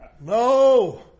No